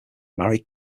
married